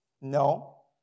No